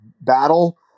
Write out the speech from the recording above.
battle